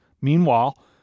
Meanwhile